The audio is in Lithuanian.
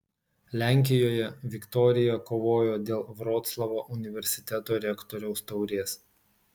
lenkijoje viktorija kovojo dėl vroclavo universiteto rektoriaus taurės